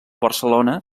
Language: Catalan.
barcelona